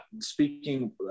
Speaking